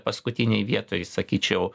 paskutinėj vietoj sakyčiau